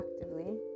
actively